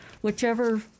whichever